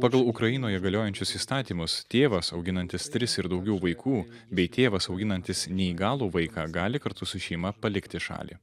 pagal ukrainoje galiojančius įstatymus tėvas auginantis tris ir daugiau vaikų bei tėvas auginantis neįgalų vaiką gali kartu su šeima palikti šalį